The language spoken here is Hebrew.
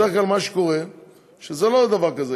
בדרך כלל, מה שקורה זה לא דבר כזה.